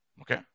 Okay